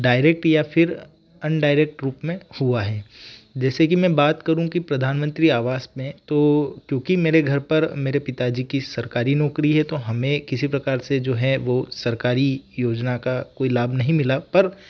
direct या फिर undirect रुप में हुआ है जैसे कि मैं बात करूँ कि प्रधानमंत्री आवास में तो क्योंकि मेरे घर पर मेरे पिताजी की सरकारी नौकरी है तो हमें किसी प्रकार से जो है वह सरकारी योजना का कोई लाभ नहीं मिला पर